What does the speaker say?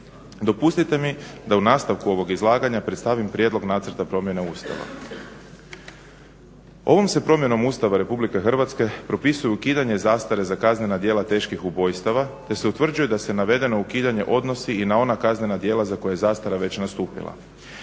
Dopustite mi da u nastavku ovog izlaganja predstavim prijedlog nacrta promjene Ustava. Ovom se promjenom Ustava RH propisuje ukidanje zastare za kaznena djela teških ubojstava, te se utvrđuje da se navedeno ukidanje odnosi i na ona kaznena djela za koje je zastara već nastupila.